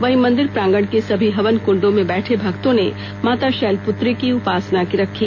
वहीं मंदिर प्रांगण के सभी हवन कुंडों में बेठे भक्तों ने माता शैलपुत्री की उपासना रखी